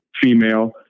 Female